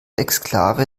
exklave